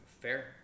fair